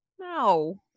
No